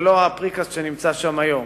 ולא הפריקסט שנמצא שם היום.